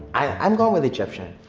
i'm going with egyptian.